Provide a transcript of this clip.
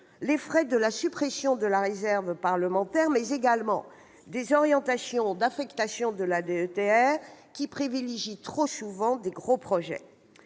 les frais de la suppression de la réserve parlementaire, mais également des orientations dans l'affectation de la DETR, qui privilégie trop souvent de gros projets.